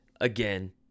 Again